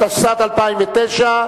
התשס"ט 2009,